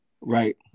right